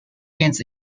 电子